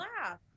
laugh